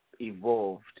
evolved